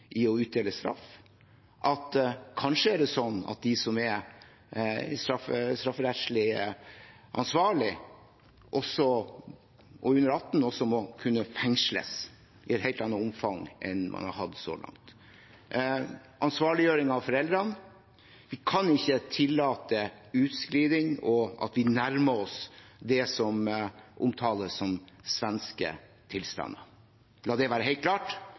i det å utdele straff, og kanskje må de som er strafferettslig ansvarlige og under 18 år, også kunne fengsles i et helt annet omfang enn man har hatt så langt – og om ansvarliggjøring av foreldrene. Vi kan ikke tillate at det sklir ut, og at vi nærmer oss det som omtales som svenske tilstander. La det være helt klart: